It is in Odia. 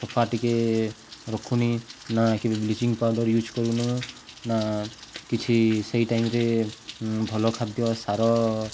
ସଫା ଟିକେ ରଖୁନି ନା କେବେ ବ୍ଲିଚିଙ୍ଗ ପାଉଡ଼ର ୟୁଜ୍ କରୁନୁ ନା କିଛି ସେଇ ଟାଇମରେ ଭଲ ଖାଦ୍ୟ ସାର